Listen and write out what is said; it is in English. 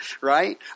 right